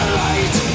light